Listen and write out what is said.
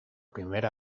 primera